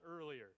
earlier